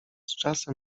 czasem